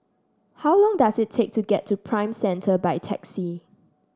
how long does it take to get to Prime Centre by taxi